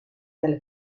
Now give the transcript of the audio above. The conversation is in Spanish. del